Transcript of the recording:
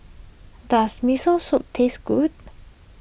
does Miso Soup taste good